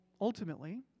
Ultimately